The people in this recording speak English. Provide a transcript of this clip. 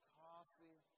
coffee